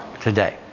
today